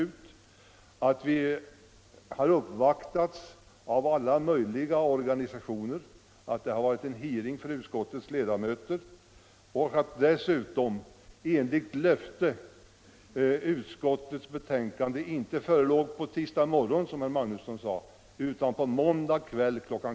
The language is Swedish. Utskottet har uppvaktats av alla möjliga organisationer, det har varit en hearing för utskottsledamöterna, och dessutom förelåg enligt löfte utskottets betänkande i måndags kväll kl.